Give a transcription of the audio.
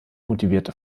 motivierte